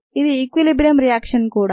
ఇది equilibrium reaction కూడా